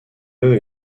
eux